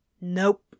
Nope